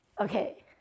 okay